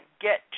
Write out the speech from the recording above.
get